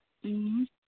ꯎꯝ